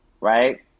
Right